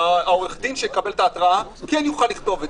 העורך הדין שיקבל את ההתרעה יוכל לכתוב את